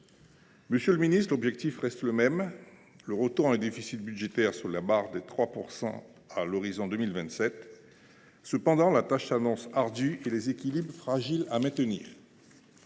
Monsieur le ministre, l’objectif reste le même : le retour à un déficit budgétaire sous la barre des 3 % du PIB à l’horizon de 2027. Cependant, la tâche s’annonce ardue et les équilibres à maintenir,